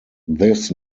this